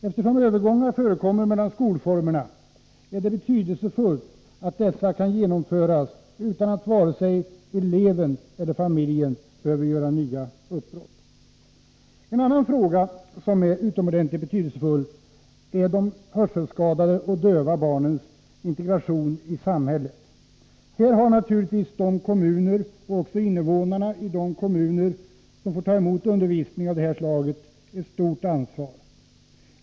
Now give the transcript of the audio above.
Eftersom övergångar förekommer mellan skolformerna, är det betydelsefullt att dessa kan genomföras utan att vare sig eleven eller familjen behöver göra nya uppbrott. En annan fråga som är utomordentligt betydelsefull är de hörselskadade och döva barnens integration i samhället. Här har naturligtvis de kommuner — och även invånarna i dessa kommuner — som får ta emot undervisning av det här slaget ett stort ansvar.